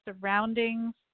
surroundings